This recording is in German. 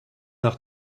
nach